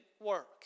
work